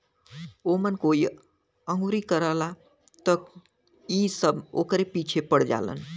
ओमन कोई अंगुरी करला त इ सब ओकरे पीछे पड़ जालन